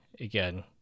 again